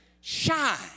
shine